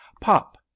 Pop